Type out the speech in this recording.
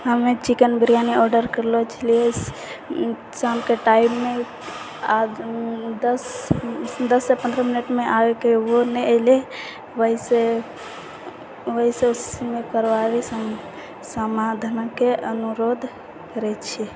हमे chicken biryani order करलऽ छलिए शामके टाइममे आओर दससँ पनरह मिनटमे आबैके ओ नहि अएलै वएहसँ समयपर आबैके अहाँसँ अनुरोध करै छी